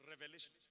Revelation